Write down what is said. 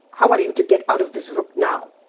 how are you to get out of this ruck now,